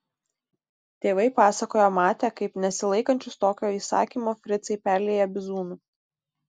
tėvai pasakojo matę kaip nesilaikančius tokio įsakymo fricai perlieja bizūnu